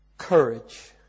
Courage